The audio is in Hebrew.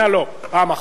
לא, פעם אחת.